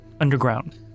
underground